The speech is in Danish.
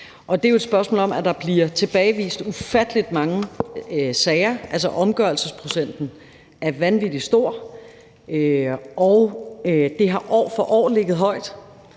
Det er jo et spørgsmål om, at der bliver tilbagevist ufattelig mange sager, altså at omgørelsesprocenten er vanvittig stor. Den har år for år ligget højt,